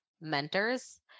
mentors